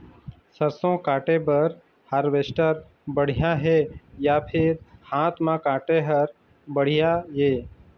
सरसों काटे बर हारवेस्टर बढ़िया हे या फिर हाथ म काटे हर बढ़िया ये?